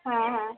হ্যাঁ হ্যাঁ